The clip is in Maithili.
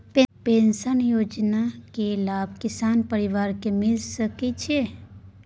पेंशन योजना के लाभ किसान परिवार के मिल सके छिए?